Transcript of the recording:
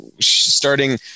starting